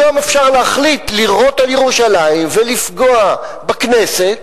היום אפשר להחליט לירות על ירושלים ולפגוע בכנסת,